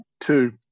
two